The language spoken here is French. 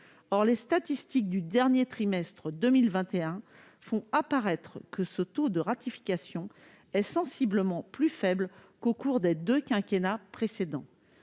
or les statistiques du dernier trimestre 2021 font apparaître que ce taux de ratification est sensiblement plus faible qu'au cours des 2 quinquennats précédents,